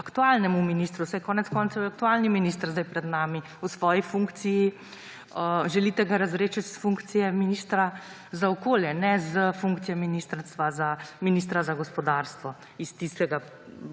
aktualnemu ministru. Saj je konec koncev aktualni minister zdaj pred nami v svoji funkciji. Želite ga razrešiti s funkcije ministra za okolje, ne s funkcije ministra za gospodarstvo iz tega